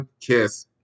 kiss